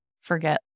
forget